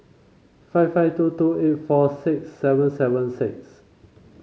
five five two two eight four six seven seven six